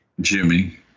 Jimmy